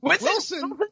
Wilson